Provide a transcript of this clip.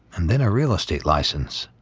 and then a real estate license.